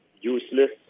useless